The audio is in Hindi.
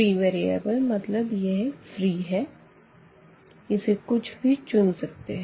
फ्री वेरिएबल मतलब यह फ्री है इसे कुछ भी चुन सकते है